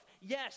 Yes